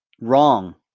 wrong